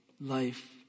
life